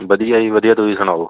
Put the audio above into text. ਵਧੀਆ ਜੀ ਵਧੀਆ ਤੁਸੀਂ ਸੁਣਾਓ